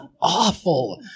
awful